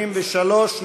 83,